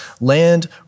land